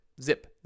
zip